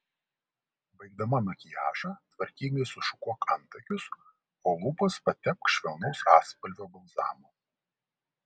baigdama makiažą tvarkingai sušukuok antakius o lūpas patepk švelnaus atspalvio balzamu